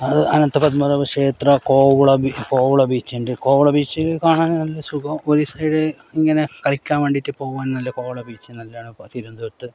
അത് അനന്തപത്മനാഭ ക്ഷേത്രം കോവള കോവള ബീച്ചുണ്ട് കോവള ബീച്ച് കാണാൻ നല്ല സുഖാ ഒരു സൈഡ് ഇങ്ങനെ കളിക്കാൻ വേണ്ടിയിട്ട് പോകാൻ കോവള ബീച്ച് നല്ലതാണ് തിരുവനന്തപുരത്ത്